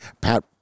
Pat